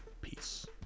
Peace